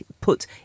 put